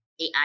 AI